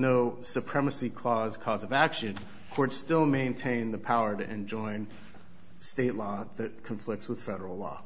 no supremacy clause cause of action which still maintain the power to enjoin state law that conflicts with federal law